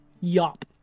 Yop